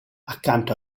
accanto